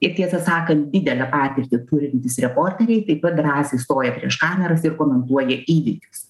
ir tiesą sakant didelę patirtį turintys reporteriai taip pat drąsiai stoja prieš kameras ir komentuoja įvykius